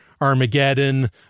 Armageddon